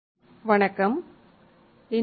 introduction to IC fabrication technology வணக்கம்